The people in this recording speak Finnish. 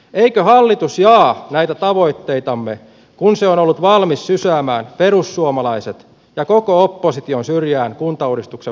eikö hallitus jaa näitä tavoitteitamme kun se on ollut valmis sysäämään perussuomalaiset ja koko opposition syrjään kuntauudistuksen valmistelusta